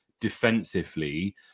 defensively